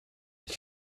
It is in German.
ich